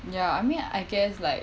ya I mean I guess like